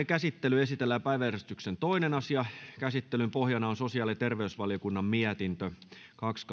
käsittelyyn esitellään päiväjärjestyksen toinen asia käsittelyn pohjana on sosiaali ja terveysvaliokunnan mietintö kaksi